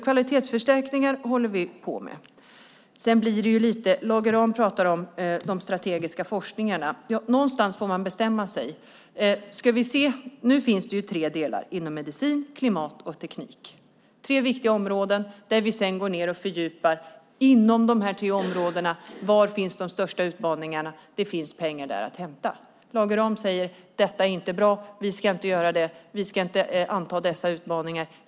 Kvalitetsförstärkningar håller vi alltså på med. Lage Rahm talar om de strategiska forskningarna. Någonstans får man bestämma sig. Nu finns det tre delar - medicin, klimat och teknik. Det är tre viktiga områden där vi sedan går in och fördjupar för att se var de största utmaningarna inom dessa tre områden finns. Där finns pengar att hämta. Lage Rahm säger att det inte är bra, att de inte ska göra det. De ska inte anta dessa utmaningar.